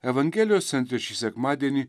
evangelijos centre šį sekmadienį